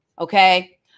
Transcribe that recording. okay